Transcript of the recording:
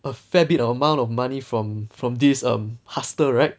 a fair bit of amount of money from from this um hustle right